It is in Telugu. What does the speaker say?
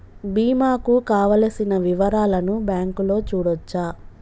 బీమా కు కావలసిన వివరాలను బ్యాంకులో చూడొచ్చా?